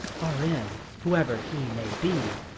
r m, whoever he may be,